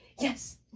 yes